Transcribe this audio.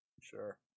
Sure